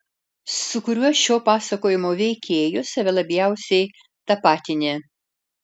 su kuriuo šio pasakojimo veikėju save labiausiai tapatini